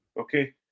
Okay